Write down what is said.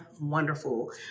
wonderful